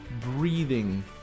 breathing